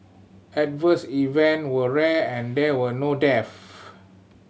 adverse event were rare and there were no deaths